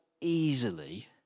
easily